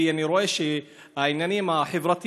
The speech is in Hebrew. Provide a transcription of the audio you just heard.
כי אני רואה שהעניינים החברתיים,